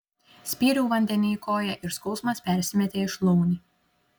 spyriau vandenyj koja ir skausmas persimetė į šlaunį